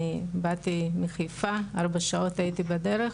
אני באתי מחיפה, ארבע שעות הייתי בדרך.